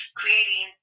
creating